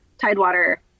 Tidewater